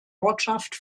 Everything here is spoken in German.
ortschaft